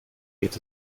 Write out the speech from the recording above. geht